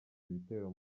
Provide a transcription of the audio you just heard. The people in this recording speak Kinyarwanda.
ibitero